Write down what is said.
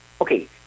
Okay